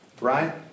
Right